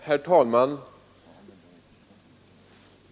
Herr talman!